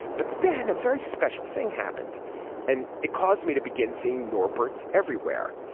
but then a very special thing happened and it caused me to begin seeing nor bert's everywhere.